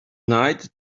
night